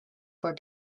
for